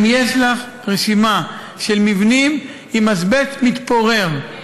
אם יש לך רשימה של מבנים עם אזבסט מתפורר,